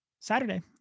saturday